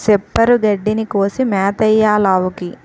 సిప్పరు గడ్డిని కోసి మేతెయ్యాలావుకి